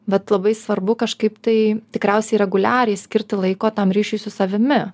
vat labai svarbu kažkaip tai tikriausiai reguliariai skirti laiko tam ryšiui su savimi